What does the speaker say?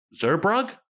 Zerbrug